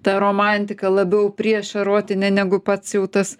ta romantika labiau priešerotinė negu pats jau tas